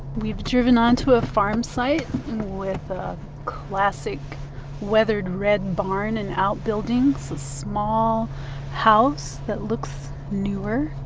we've driven onto a farm site with a classic weathered red barn and out buildings, a small house that looks newer,